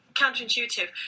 counterintuitive